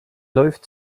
läuft